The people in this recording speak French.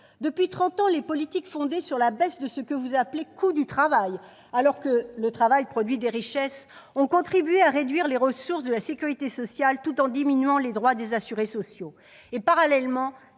Depuis trente ans, les politiques, fondées sur la baisse de ce que vous appelez « coût du travail », alors que le travail produit des richesses, ont contribué à réduire les ressources de la sécurité sociale tout en diminuant les droits des assurés sociaux. Parallèlement,